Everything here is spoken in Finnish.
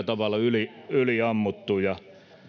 tavalla yliammuttuja